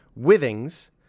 Withings